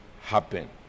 happen